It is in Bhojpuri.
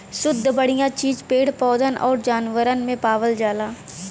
सुद्ध बढ़िया चीज पेड़ पौधन आउर जानवरन में पावल जाला